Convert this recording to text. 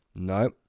No